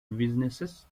businesses